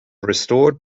restored